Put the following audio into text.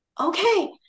okay